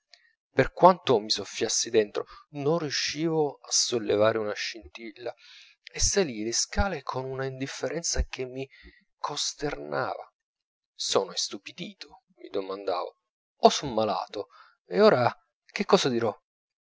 per quanto mi soffiassi dentro non riuscivo a sollevare una scintilla e salii le scale con una indifferenza che mi costernava sono istupidito mi domandavo o son malato ed ora che cosa dirò